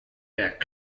werk